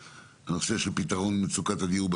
הנושא הכללי יותר של מצוקת הדיור הוא